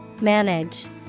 Manage